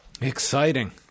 Exciting